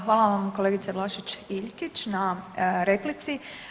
Hvala vam kolegice Vlašić Iljkić na replici.